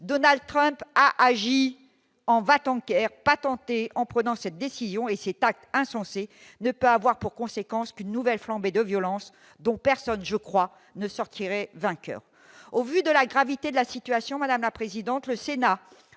Donald Trump a agi, on va-t-en-guerre patenté, en prenant cette décision et c'est acte insensé ne peut avoir pour conséquence qu'une nouvelle flambée de violence dont personne je crois ne sortirait vainqueur au vu de la gravité de la situation Madame la présidente, le Sénat